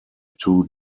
too